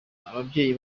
ababyeyi